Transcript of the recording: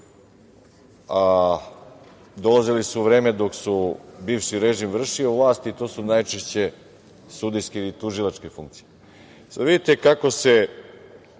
dolazili su u vreme dok je bivši režim vršio vlast i to su najčešće sudijske ili tužilačke funkcije. Vidite kako se